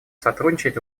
сотрудничать